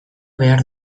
behar